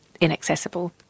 inaccessible